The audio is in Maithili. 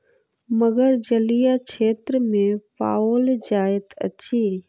मगर जलीय क्षेत्र में पाओल जाइत अछि